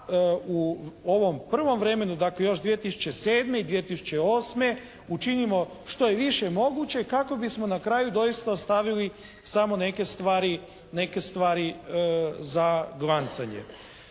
u ovom prvom vremenu dakle još 2007. i 2008. učinimo što je više moguće kako bismo na kraju doista ostavili samo neke stvari, neke